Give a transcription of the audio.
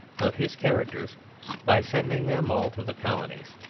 of his characters by sending them all to the colonies.